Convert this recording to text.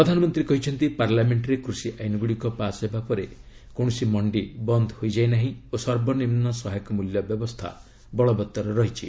ପ୍ରଧାନମନ୍ତ୍ରୀ କହିଛନ୍ତି ପାର୍ଲାମେଣ୍ଟରେ କୃଷିଆଇନଗୁଡ଼ିକ ପାସ୍ ହେବା ପରେ କୌଣସି ମଣ୍ଡି ବନ୍ଦ ହୋଇଯାଇ ନାହିଁ ଓ ସର୍ବନିମ୍ନ ସହାୟକ ମୂଲ୍ୟ ବ୍ୟବସ୍ଥା ବଳବତ୍ତର ରହିଛି